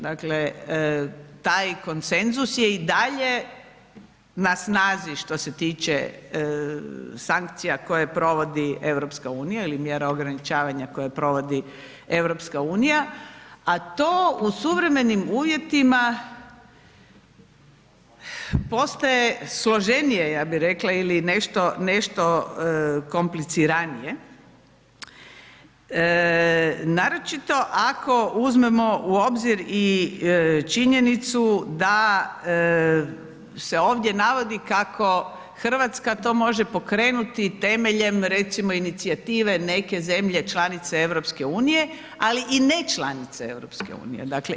Dakle, taj konsenzus je i dalje na snazi što se tiče sankcija koje provodi EU ili mjere ograničavanja koje provodi EU, a to u suvremenim uvjetima postaje složenije ja bi rekla ili nešto, nešto kompliciranije naročito ako uzmemo u obzir i činjenicu da se ovdje navodi kako Hrvatska to može pokrenuti temeljem recimo inicijative neke zemlje članice Europske unije, ali i nečlanice Europske unije.